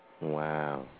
Wow